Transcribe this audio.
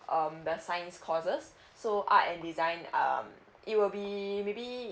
um the science courses so art and design um it will be maybe